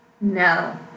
No